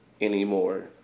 anymore